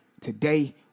Today